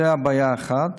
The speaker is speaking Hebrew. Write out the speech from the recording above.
זו בעיה אחת.